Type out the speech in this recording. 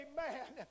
Amen